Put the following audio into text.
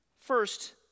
First